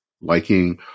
liking